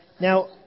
now